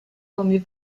only